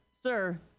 sir